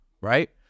Right